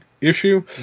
issue